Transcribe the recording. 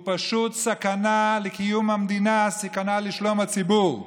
הוא פשוט סכנה לקיום המדינה, סכנה לשלום הציבור.